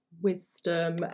wisdom